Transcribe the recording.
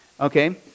okay